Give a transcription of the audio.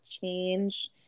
change